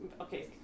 Okay